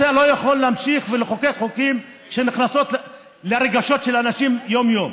אתה לא יכול להמשיך לחוקק חוקים שנכנסים לרגשות של אנשים יום-יום.